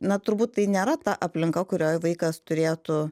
na turbūt tai nėra ta aplinka kurioje vaikas turėtų